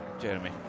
Jeremy